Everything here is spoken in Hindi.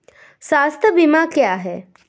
स्वास्थ्य बीमा क्या है?